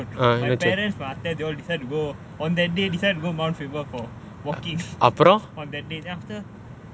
my parents after they all decide to go on that day decided go mount faber for walking on that day after